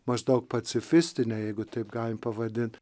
maždaug pacifistinė jeigu taip galima pavadint